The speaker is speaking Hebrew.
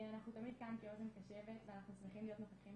אנחנו תמיד כאן כאוזן קשבת ואנחנו שמחים להיות נוכחים